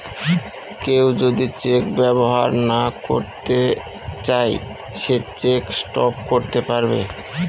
কেউ যদি চেক ব্যবহার না করতে চাই সে চেক স্টপ করতে পারবে